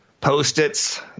post-its